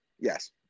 Yes